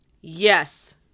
Yes